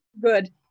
Good